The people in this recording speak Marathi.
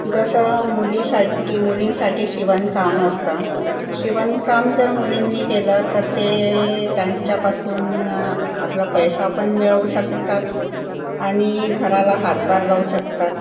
जसं मुलीसाठी मुलींसाठी शिवणकाम असतं शिवणकाम जर मुलींनी केलं तर ते त्यांच्यापासून आपला पैसा पण मिळवू शकतात आणि घराला हातभार लावू शकतात